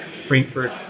Frankfurt